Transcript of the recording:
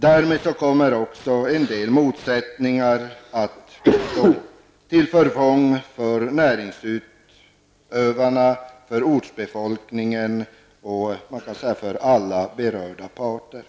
Därmed kommer också en del motsättningar att uppstå till förfång för näringsutövarna, för ortsbefolkningen och för alla berörda parter.